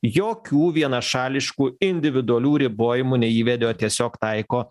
jokių vienašališkų individualių ribojimų neįvedė o tiesiog taiko